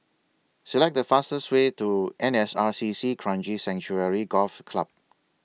Select The fastest Way to N S R C C Kranji Sanctuary Golf Club